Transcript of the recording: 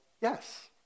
yes